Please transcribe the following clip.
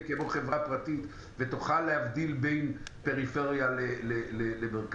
כמו חברה פרטית ותוכל להבדיל בין פריפריה למרכז,